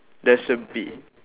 there's a bee